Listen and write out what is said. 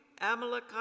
Amalekite